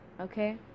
Okay